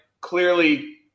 clearly